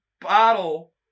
Bottle